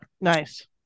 nice